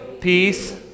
peace